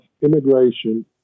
Immigration